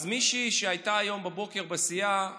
אז מישהי שהייתה היום בבוקר בסיעה אמרה: